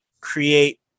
create